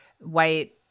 white